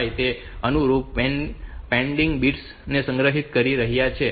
5 તેઓ અનુરૂપ pending bits ને સંગ્રહિત કરી રહ્યાં છે